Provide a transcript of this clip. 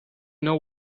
know